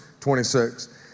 26